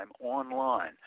online